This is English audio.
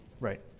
Right